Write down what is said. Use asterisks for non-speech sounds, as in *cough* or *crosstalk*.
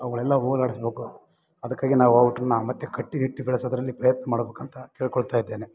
ಅವುಗಳೆಲ್ಲ ಹೋಗ್ಲಾಡಿಸ್ಬೇಕು ಅದಕ್ಕಾಗಿ ನಾವು *unintelligible* ಮತ್ತೆ ಕಟ್ಟಿ ನಿಟ್ಟಿ ಬೆಳೆಸೋದ್ರಲ್ಲಿ ಪ್ರಯತ್ನ ಮಾಡಬೇಕಂತ ಕೇಳಿಕೊಳ್ತಾ ಇದ್ದೇನೆ